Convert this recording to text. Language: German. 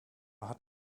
hat